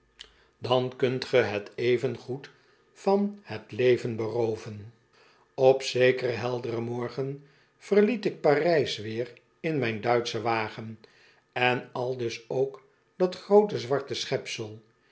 dan kunt ge het evengoed van t leven bcrooven op zekeren helderen morgen verliet ik p a r ij s weer in mijn duitschen wagen en aldus ook dat groote zwarte